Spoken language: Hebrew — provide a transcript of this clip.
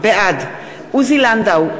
בעד עוזי לנדאו,